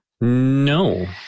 No